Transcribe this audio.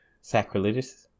Sacrilegious